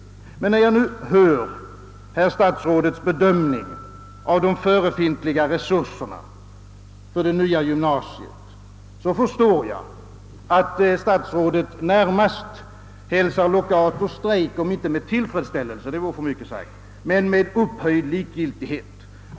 När jag nu hör herr statsrådets bedömning av de förefintliga resurserna för det nya gymnasiet förstår jag emellertid att han närmast hälsar lockout och strejk om inte med tillfredsställelse — det vore för mycket sagt — så dock med upphöjd likgiltighet.